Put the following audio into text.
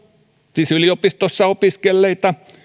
siis yliopistossa opiskelleita että